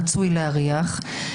רצוי להריח,